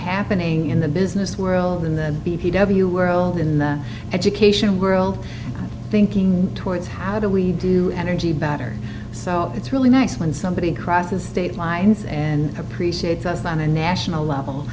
happening in the business world in the b p w world in the education growth thinking towards how do we do energy better so it's really nice when somebody crosses state lines and appreciates us on a national level